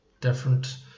different